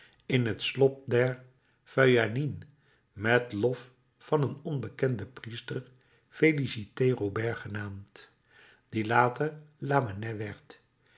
in het slop der feuillanines met lof van een onbekenden priester félicité robert genaamd die later lamennais werd